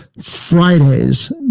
Fridays